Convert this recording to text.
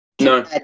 No